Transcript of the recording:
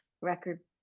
record